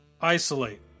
isolate